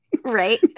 right